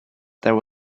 there